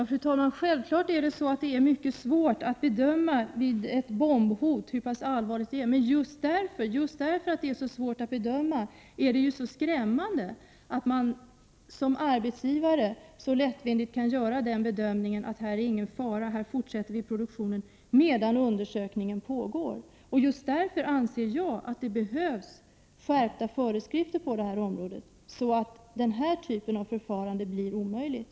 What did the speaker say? Fru talman! Självfallet är det mycket svårt att bedöma hur pass allvarligt ett bombhot är, men just därför att det är så svårt att bedöma detta är det skrämmande att man som arbetsgivare så lättvindigt kan göra den bedömningen att det inte är någon fara och att här fortsätter vi produktionen medan undersökningen pågår. Just därför anser jag att det behövs skärpta föreskrifter på det här området, så att den här typen av förfarande blir omöjligt. 29 Överläggningen var härmed avslutad.